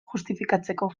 justifikatzeko